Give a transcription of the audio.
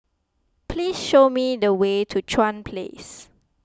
please show me the way to Chuan Place